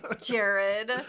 Jared